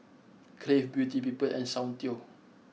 Crave Beauty People and Soundteoh